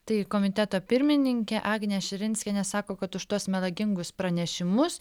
tai komiteto pirmininkė agnė širinskienė sako kad už tuos melagingus pranešimus